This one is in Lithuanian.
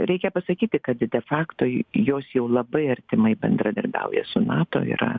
reikia pasakyti kad de fakto jos jau labai artimai bendradarbiauja su nato yra